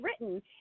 written